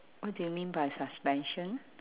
what do you mean by suspension